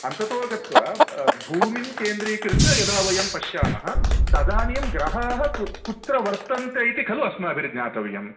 अन्ततो गत्वा भूमिं केन्द्रीकृत्य यदा वयं पश्यामः तदानीं ग्रहाः कुत्र वर्तन्ते इति खलु अस्माभिर्ज्ञातव्यम्